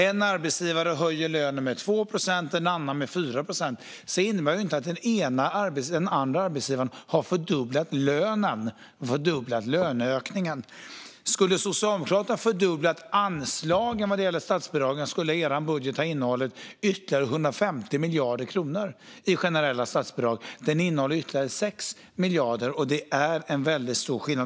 En arbetsgivare höjer lönen med 2 procent och en annan med 4 procent, men det innebär inte att den andra arbetsgivaren har fördubblat lönen, däremot fördubblat löneökningen. Om Socialdemokraterna skulle ha fördubblat anslagen vad gäller statsbidragen skulle er budget ha innehållit ytterligare 150 miljarder kronor i generella statsbidrag. I stället innehåller den ytterligare 6 miljarder, och det är en stor skillnad.